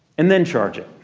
and then charge it.